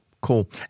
Cool